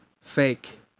Fake